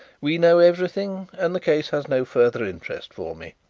we know everything, and the case has no further interest for me.